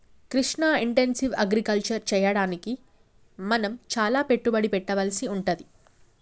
Krishna intensive agriculture చెయ్యడానికి మనం చాల పెట్టుబడి పెట్టవలసి వుంటది